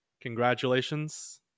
congratulations